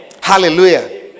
Hallelujah